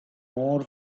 more